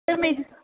تَمے حساب